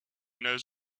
knows